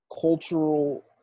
cultural